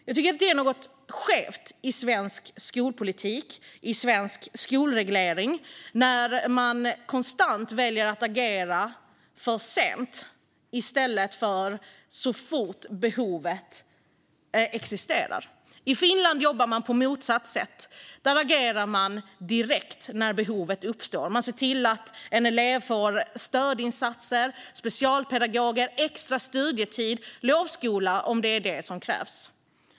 Jag tycker att det är något skevt i svensk skolpolitik och i svensk skolreglering när man konstant väljer att agera för sent i stället för så fort behovet existerar. I Finland jobbar man på motsatt sätt. Där agerar man direkt när behovet uppstår. Man ser till att en elev får stödinsatser, specialpedagoger, extra studietid och lovskola, om detta är vad som krävs.